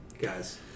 guys